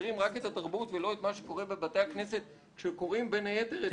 שמצנזרים רק את התרבות ולא את מה שקורה בבתי הכנסת שקוראים בין היתר את